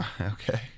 Okay